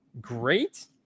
great